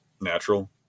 natural